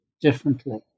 differently